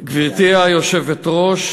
אתה יכול לשמור על זכויות האדם שלהם,